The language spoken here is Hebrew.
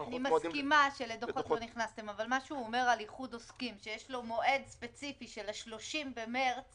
אני הסברתי לו שיש אנשים שנתנו סחורה ולא היה להם במה לשלם את המע"מ